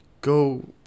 go